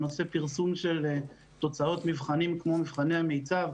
בנושא פרסום של תוצאות מבחנים כמו מבחני המיצ"ב.